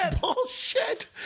bullshit